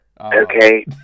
Okay